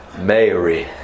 Mary